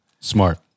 Smart